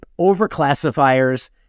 overclassifiers